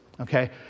okay